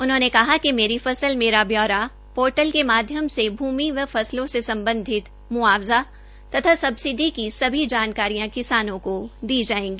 उन्होने कहा कि मेरी फसल मेरा ब्योरा पोर्टल के माध्यम से भूमि एवं फसलों से संबधित जैसे मुआवजा तथा सब्सिडी की सभी जानकारियां किसानों को दी जायेंगी